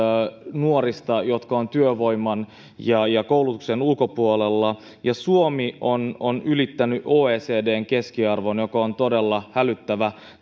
nuorista jotka ovat työvoiman ja ja koulutuksen ulkopuolella ja suomi on on ylittänyt oecdn keskiarvon mikä on todella hälyttävä